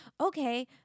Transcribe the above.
okay